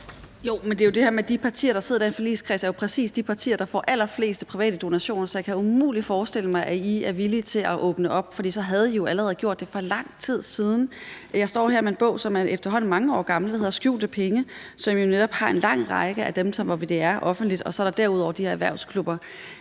Jo, men det er jo det her med, at de partier, der sidder i den forligskreds, jo præcis er de partier, der får allerflest private donationer. Så jeg kan umuligt forestille mig, at I er villige til at åbne op, for så havde I jo allerede gjort det for lang tid siden. Jeg står her med en bog, som efterhånden er mange år gammel – den hedder »Skjulte penge« – og som jo netop nævner en lang række af dem, hvor det er offentligt, og så er der derudover de her erhvervsklubber.